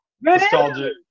nostalgic